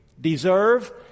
deserve